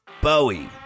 Bowie